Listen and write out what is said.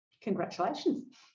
Congratulations